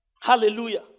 Hallelujah